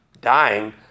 dying